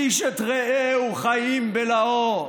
איש את רעהו חיים בלעו".